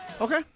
Okay